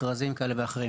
מכרזים כאלה ואחרים,